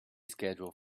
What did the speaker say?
schedule